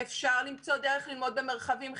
אפשר למצוא דרך ללמוד במרחבים חיצוניים.